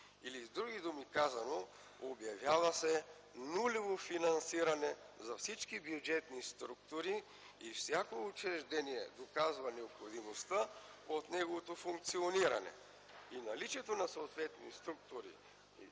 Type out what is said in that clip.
или, с други думи казано, обявява се нулево финансиране за всички бюджетни структури и всяко учреждение доказва необходимостта от неговото функциониране. При наличието на съответни структури